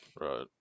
right